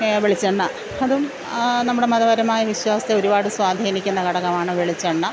വെളിച്ചെണ്ണ അതും നമ്മുടെ മതപരമായ വിശ്വാസത്തെ ഒരുപാട് സ്വാധീനിക്കുന്ന ഘടകമാണ് വെളിച്ചെണ്ണ